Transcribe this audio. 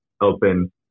open